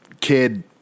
kid